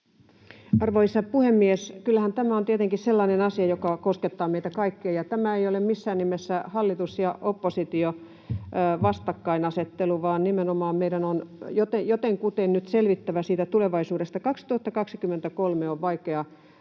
Arvoisa puhemies! Kyllähän tämä on tietenkin sellainen asia, joka koskettaa meitä kaikkia, ja tämä ei ole missään nimessä hallitus ja oppositio ‑vastakkainasettelu, vaan nimenomaan meidän on jotenkuten nyt selvittävä tulevaisuudesta. 2023 on vaikea